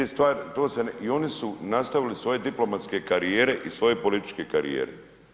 Te stvari i to se, i oni su nastavili svoje diplomatske karijere i svoje političke karijere.